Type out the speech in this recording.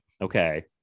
Okay